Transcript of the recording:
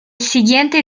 siguiente